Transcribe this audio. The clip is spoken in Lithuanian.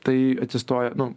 tai atsistoja nu